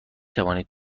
توانید